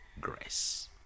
grace